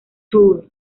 tour